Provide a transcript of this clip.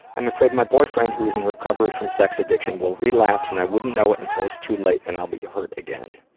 i'm afraid my boyfriend, who is in recovery from sex addiction, will relapse and i wouldn't know it until it's too late and i'll be hurt again.